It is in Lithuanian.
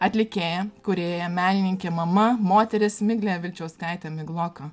atlikėja kūrėja menininkė mama moteris miglė vilčiauskaitė migloka